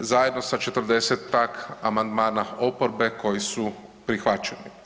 zajedno sa 40-tak amandmana oporbe koji su prihvaćeni.